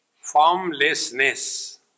formlessness